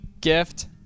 Gift